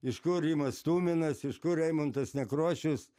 iš kur rimas tuminas iš kur eimuntas nekrošius